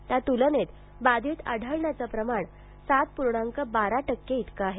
त्या तुलनेत बाधित आढळण्याचं प्रमाण सात पूर्णांक बारा टक्के इतकं आहे